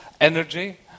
energy